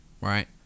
right